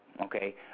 okay